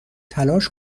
تلاش